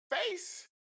face